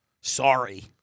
sorry